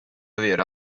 aver